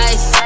Ice